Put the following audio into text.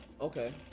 Okay